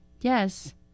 Yes